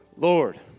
Lord